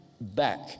back